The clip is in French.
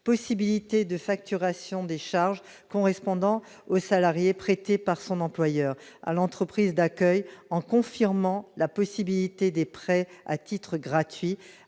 possibilité de facturation des charges qu'on est cependant aux salariés prêtés par son employeur à l'entreprise d'accueil en confirmant la possibilité des prêts à titre gratuit